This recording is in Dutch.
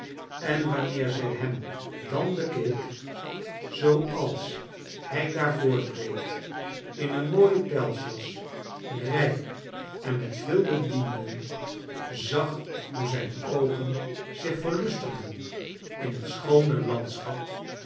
en wanneer zij hem dan bekeek zooals hij daar voortreed in een mooie pelsjas rijk en met veel bedienden zag hoe zijn oogen zich verlustigden in het schoone landschap